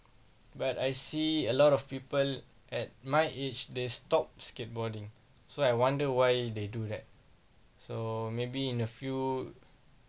but I see a lot of people at my age they stop skateboarding so I wonder why they do that so maybe in a few